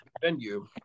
venue